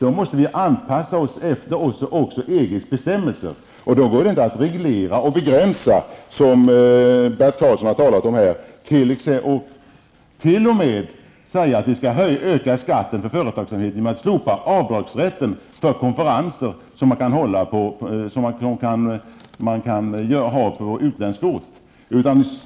Då måste vi också anpassa oss till EGs bestämmelser. Då går det inte att reglera och begränsa på det sätt som Bert Karlsson har talat om här. Han säger t.o.m. att vi skall öka skatten för företagsamheten genom att slopa avdragsrätten för konferenser som hålls på utländsk ort.